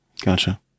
Gotcha